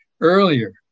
earlier